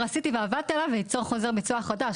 עשיתי ועבדתי עליו וליצור חוזר ביצוע חדש.